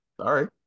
Sorry